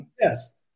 Yes